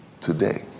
today